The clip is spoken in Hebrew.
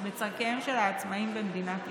בצורכיהם של העצמאים במדינת ישראל.